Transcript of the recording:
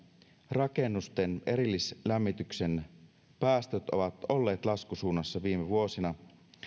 rakennusten erillislämmityksen päästöt ovat olleet laskusuunnassa viime vuosina